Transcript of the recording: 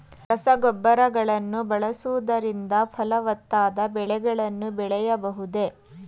ರಸಗೊಬ್ಬರಗಳನ್ನು ಬಳಸುವುದರಿಂದ ಫಲವತ್ತಾದ ಬೆಳೆಗಳನ್ನು ಬೆಳೆಯಬಹುದೇ?